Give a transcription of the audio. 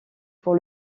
pour